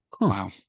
Wow